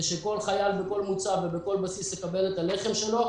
שכל חייל בכל מוצב ובכל בסיס יקבל את הלחם שלו,